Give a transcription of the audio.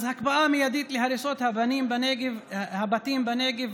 אז הקפאה מיידית של הריסות הבתים בנגב,